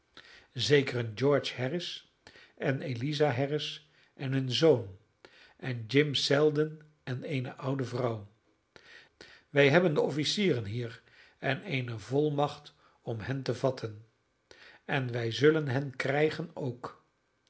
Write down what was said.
zekeren george harris en eliza harris en hun zoon en jim selden en eene oude vrouw wij hebben de officieren hier en eene volmacht om hen te vatten en wij zullen hen krijgen ook